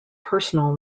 personal